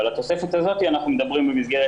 על התוספת הזאת אנחנו מדברים במסגרת